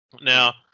now